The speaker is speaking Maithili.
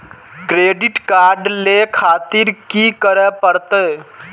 क्रेडिट कार्ड ले खातिर की करें परतें?